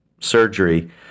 surgery